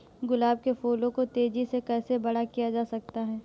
गुलाब के फूलों को तेजी से कैसे बड़ा किया जा सकता है?